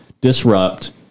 disrupt